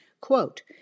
Quote